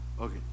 okay